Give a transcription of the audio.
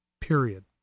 period